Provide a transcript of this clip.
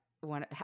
one